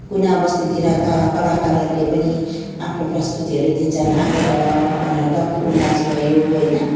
कुना बस्तीतिरका कलाकारहरूले पनि आफ्नो प्रस्तुतिहरू दिन्छन् आएर डम्फू नाच भयो होइन